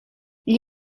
gli